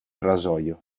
rasoio